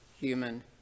human